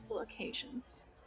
occasions